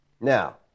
Now